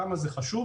למה זה חשוב?